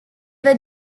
were